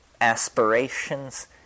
aspirations